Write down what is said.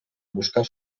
buscar